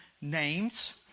names